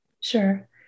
Sure